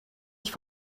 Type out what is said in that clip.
mich